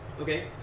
Okay